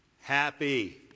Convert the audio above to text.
happy